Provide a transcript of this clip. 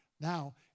Now